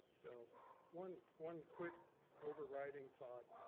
so one one quick overriding thought.